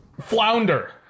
Flounder